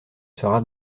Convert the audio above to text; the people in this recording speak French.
sera